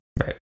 Right